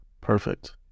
Perfect